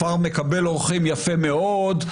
פתאום מקבל אורחים יפה מאוד,